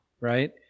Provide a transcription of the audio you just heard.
right